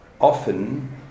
often